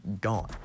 Gone